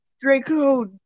Draco